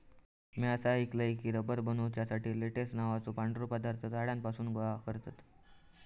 म्या असा ऐकलय की, रबर बनवुसाठी लेटेक्स नावाचो पांढरो पदार्थ झाडांपासून गोळा करतत